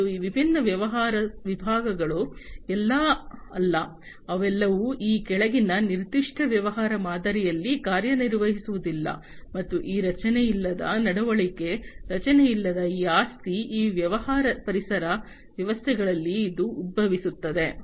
ಮತ್ತು ಈ ವಿಭಿನ್ನ ವ್ಯವಹಾರ ವಿಭಾಗಗಳು ಎಲ್ಲಾ ಅಲ್ಲ ಅವೆಲ್ಲವೂ ಈ ಕೆಳಗಿನ ನಿರ್ದಿಷ್ಟ ವ್ಯವಹಾರ ಮಾದರಿಯಲ್ಲಿ ಕಾರ್ಯನಿರ್ವಹಿಸುವುದಿಲ್ಲ ಮತ್ತು ಈ ರಚನೆಯಿಲ್ಲದ ನಡವಳಿಕೆ ರಚನೆಯಿಲ್ಲದ ಈ ಆಸ್ತಿ ಈ ವ್ಯವಹಾರ ಪರಿಸರ ವ್ಯವಸ್ಥೆಗಳಲ್ಲಿ ಇದು ಉದ್ಭವಿಸುತ್ತದೆ